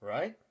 Right